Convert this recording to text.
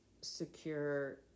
secure